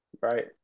right